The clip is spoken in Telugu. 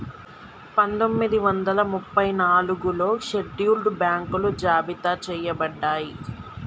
పందొమ్మిది వందల ముప్పై నాలుగులో షెడ్యూల్డ్ బ్యాంకులు జాబితా చెయ్యబడ్డయ్